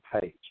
page